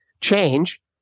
change